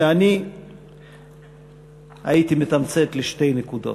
שאני הייתי מתמצת לשתי נקודות.